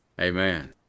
Amen